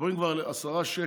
מדברים כבר על 10 שקל,